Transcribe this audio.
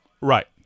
Right